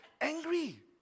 angry